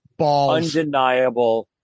undeniable